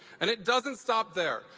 and it doesn't stop there.